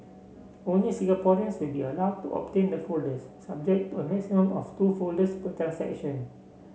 only Singaporeans will be allowed to obtain the folders subject to a maximum of two folders per transaction